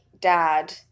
dad